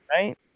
Right